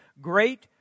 great